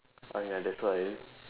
uh ya that's why